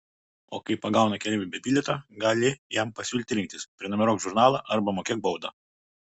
o kai pagauna keleivį be bilieto gali jam pasiūlyti rinktis prenumeruok žurnalą arba mokėk baudą